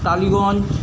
Tollygunge